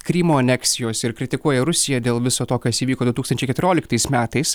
krymo aneksijos ir kritikuoja rusiją dėl viso to kas įvyko du tūkstančiai keturioliktais metais